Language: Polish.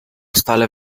stale